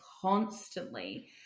constantly